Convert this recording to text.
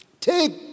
take